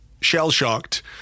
shell-shocked